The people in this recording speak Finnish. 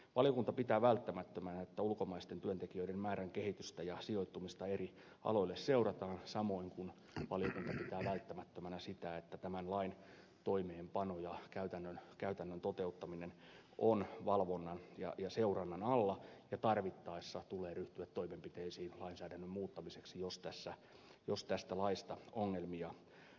valiokunta pitää välttämättömänä että ulkomaisten työntekijöiden määrän kehitystä ja sijoittumista eri aloille seurataan samoin kuin valiokunta pitää välttämättömänä sitä että tämän lain toimeenpano ja käytännön toteuttaminen on valvonnan ja seurannan alla ja tarvittaessa tulee ryhtyä toimenpiteisiin lainsäädännön muuttamiseksi jos tästä laista ongelmia aiheutuu